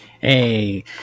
Hey